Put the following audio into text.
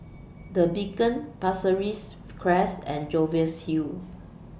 The Beacon Pasir Ris Crest and Jervois Hill